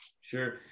sure